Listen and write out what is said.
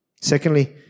Secondly